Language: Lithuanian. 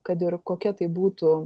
kad ir kokia tai būtų